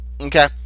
Okay